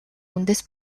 үндэс